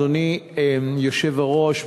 אדוני היושב-ראש,